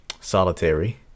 solitary